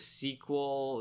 sequel